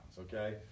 okay